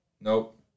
nope